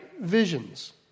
visions